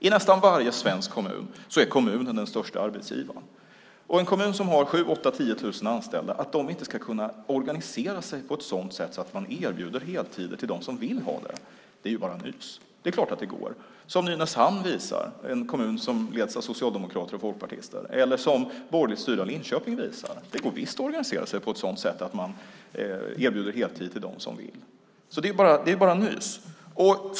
I nästan varje svensk kommun är kommunen den största arbetsgivaren. Att en kommun som har 7 000-10 000 anställda inte skulle kunna organisera sig på ett sådant sätt att man erbjuder heltid åt dem som vill ha det är bara nys. Det är klart att det går! Detta visas av Nynäshamn - en kommun som leds av socialdemokrater och folkpartister - eller av borgerligt styrda Linköping. Det går visst att organisera sig på ett sådant sätt att man kan erbjuda heltid till dem som vill. Något annat är bara nys.